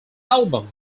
album